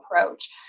approach